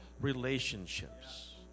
relationships